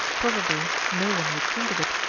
probably no one would think of it.